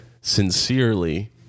sincerely